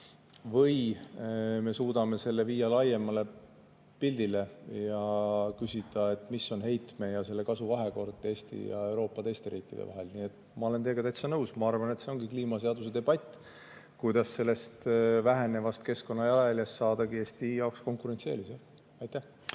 või me suudame selle [esitada] laiema pildina ja küsida, mis on heitme ja selle kasu vahekord Eesti ja Euroopa teiste riikide puhul. Nii et ma olen teiega täitsa nõus, ma arvan, et see ongi kliimaseaduse debatt, kuidas sellest vähenevast keskkonnajalajäljest saadagi Eesti jaoks konkurentsieelis. Aitäh!